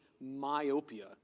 myopia